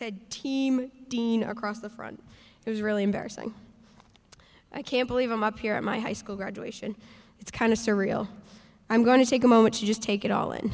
said team dean across the front it was really embarrassing i can't believe i'm up here at my high school graduation it's kind of surreal i'm going to take a moment to just take it all in